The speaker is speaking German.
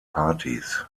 partys